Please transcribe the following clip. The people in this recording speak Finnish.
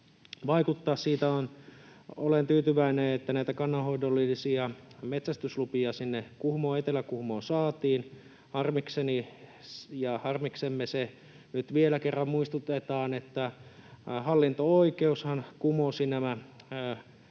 vaikuttaa. Siitä olen tyytyväinen, että näitä kannanhoidollisia metsästyslupia sinne Etelä-Kuhmoon saatiin. Harmikseni ja harmiksemme — se nyt vielä kerran muistutetaan — hallinto-oikeushan kumosi nämä